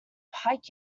pike